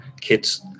kids